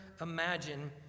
imagine